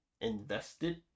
invested